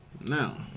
Now